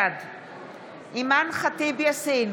בעד אימאן ח'טיב יאסין,